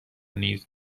نیز